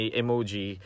emoji